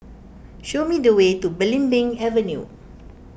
show me the way to Belimbing Avenue